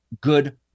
good